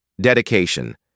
dedication